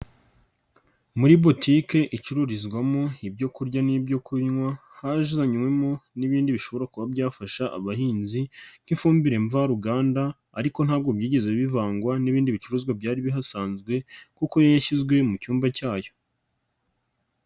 Muri botiki icururizwamo ibyo kurya n'ibyo kunywa hazanywemo n'ibindi bishobora kuba byafasha abahinzi nk'ifumbire mvaruganda ariko ntabwo byigeze bivangwa n'ibindi bicuruzwa byari bihasanzwe kuko yashyizwe mu cyumba cyayo.